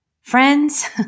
Friends